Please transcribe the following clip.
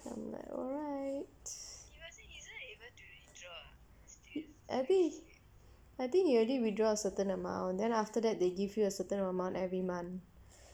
I'm like alright I think I think he already withdraw a certain amount then after that they give you a certain amount every month